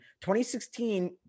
2016